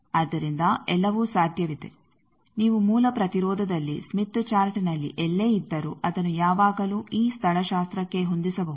ಆದ್ದರಿಂದ ಎಲ್ಲವೂ ಸಾಧ್ಯವಿದೆ ನೀವು ಮೂಲ ಪ್ರತಿರೋಧದಲ್ಲಿ ಸ್ಮಿತ್ ಚಾರ್ಟ್ನಲ್ಲಿ ಎಲ್ಲೇ ಇದ್ದರೂ ಅದನ್ನು ಯಾವಾಗಲೂ ಈ ಸ್ಥಳಶಾಸ್ತ್ರಕ್ಕೆ ಹೊಂದಿಸಬಹುದು